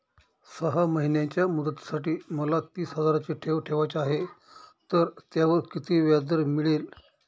सहा महिन्यांच्या मुदतीसाठी मला तीस हजाराची ठेव ठेवायची आहे, तर त्यावर किती व्याजदर मिळेल?